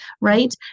right